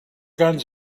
guns